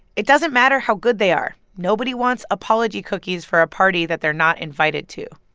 it doesn't matter how good they are, nobody wants apology cookies for a party that they're not invited to